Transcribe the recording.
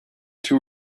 two